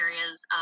areas